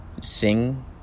sing